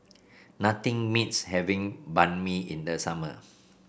nothing beats having Banh Mi in the summer